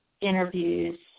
interviews